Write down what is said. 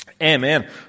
Amen